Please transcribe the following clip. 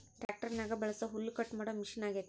ಟ್ಯಾಕ್ಟರ್ನಗ ಬಳಸೊ ಹುಲ್ಲುಕಟ್ಟು ಮಾಡೊ ಮಷಿನ ಅಗ್ಯತೆ